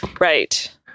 Right